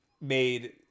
made